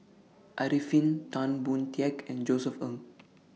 Arifin Tan Boon Teik and Josef Ng